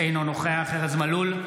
אינו נוכח ארז מלול,